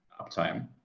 uptime